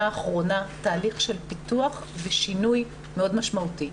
האחרונה תהליך של פיתוח ושינוי מאוד משמעותי.